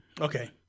Okay